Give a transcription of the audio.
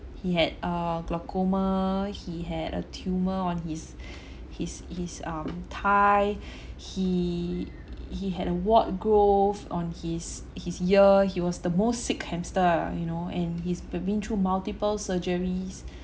he had uh glaucoma he had a tumor on his his his um thigh he he had a wart growth on his his ear he was the most sick hamster you know and he's b~ been through multiple surgeries